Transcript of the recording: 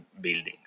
building